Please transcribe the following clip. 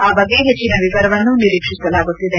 ಆ ಬಗ್ಗೆ ಹೆಚ್ಚಿನ ವಿವರಗಳನ್ನು ನಿರೀಕ್ಷಿಸಲಾಗುತ್ತಿದೆ